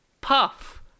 Puff